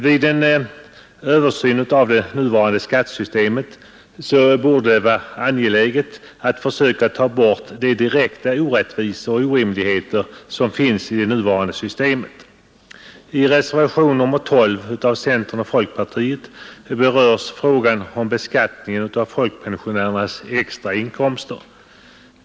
Vid en översyn av det nuvarande skattesystemet borde det vara angeläget att försöka ta bort de direkta orättvisor och orimligheter som finns. I reservationen 12 av centern och folkpartiet berörs frågan om beskattningen av folkpensionärernas extrainkomster.